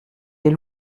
elle